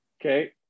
Okay